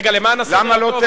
למען הפרוטוקול,